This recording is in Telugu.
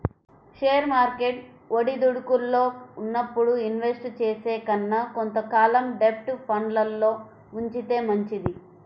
షేర్ మార్కెట్ ఒడిదుడుకుల్లో ఉన్నప్పుడు ఇన్వెస్ట్ చేసే కన్నా కొంత కాలం డెబ్ట్ ఫండ్లల్లో ఉంచితే మంచిది